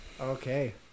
okay